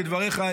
כדבריך,